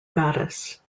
goddess